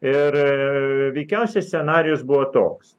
ir veikiausiai scenarijus buvo toks